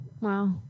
Wow